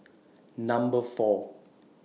Number four